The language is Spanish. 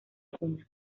alguna